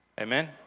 Amen